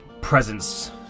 presence